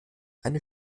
eine